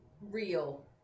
real